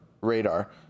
radar